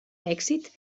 èxit